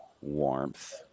warmth